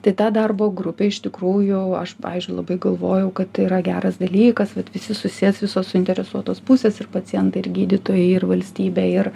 tai ta darbo grupė iš tikrųjų aš pavyzdžiui labai galvojau kad tai yra geras dalykas vat visi susės visos suinteresuotos pusės ir pacientai ir gydytojai ir valstybė ir